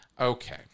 Okay